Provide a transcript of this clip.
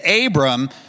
Abram